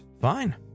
fine